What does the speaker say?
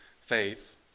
Faith